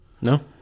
No